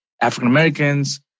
African-Americans